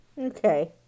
Okay